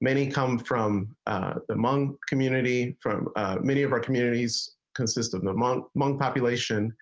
many come from among community from many of our communities consistent among young population.